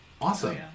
awesome